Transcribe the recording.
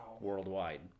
worldwide